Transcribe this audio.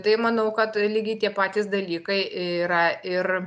tai manau kad lygiai tie patys dalykai yra ir